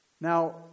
Now